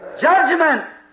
Judgment